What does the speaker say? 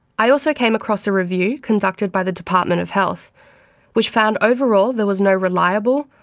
i also came across a review conducted by the department of health which found overall there was no reliable,